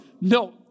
no